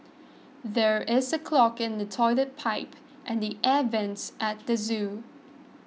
there is a clog in the Toilet Pipe and the Air Vents at the zoo